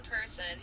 person